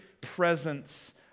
presence